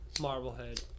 Marblehead